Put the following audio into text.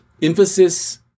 Emphasis